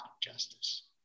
justice